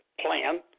plan